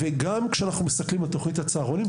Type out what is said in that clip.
גם כשאנחנו מסתכלים על תוכנית הצהרונים,